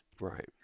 Right